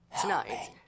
tonight